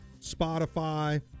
Spotify